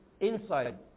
inside